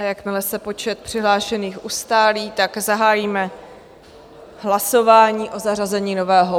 Jakmile se počet přihlášených ustálí, tak zahájíme hlasování o zařazení nového bodu.